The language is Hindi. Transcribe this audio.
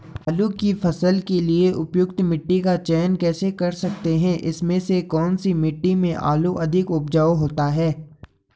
आलू की फसल के लिए उपयुक्त मिट्टी का चयन कैसे कर सकते हैं इसमें से कौन सी मिट्टी में आलू अधिक उपजाऊ होता है?